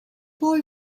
boy